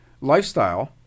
lifestyle